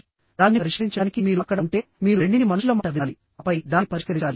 దాన్ని పరిష్కరించడానికి మీరు అక్కడ ఉంటే మీరు రెండింటి మనుషుల మాట వినాలి ఆపై దాన్ని పరిష్కరించాలి